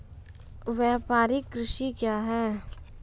व्यापारिक कृषि क्या हैं?